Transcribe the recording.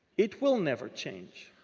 it will never change.